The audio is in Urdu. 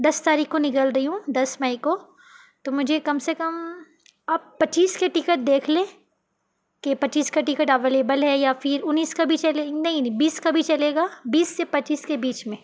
دس تاریخ کو نکل رہی ہوں دس مئی کو تو مجھے کم سے کم آپ پچیس کے ٹکٹ دیکھ لیں کہ پچیس کا ٹکٹ اویلیبل ہے یا پھر انیس کا بھی چلے نہیں نہیں بیس کا بھی چلے گا بیس سے پچیس کے بیچ میں